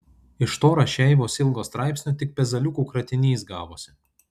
iš to rašeivos ilgo straipsnio tik pezaliukų kratinys gavosi